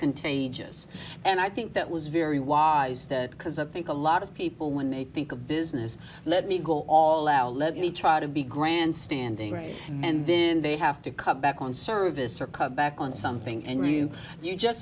this and i think that was very wise the because i think a lot of people when they think of business let me go all out let me try to be grandstanding and then they have to cut back on service or cut back on something and you you just